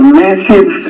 massive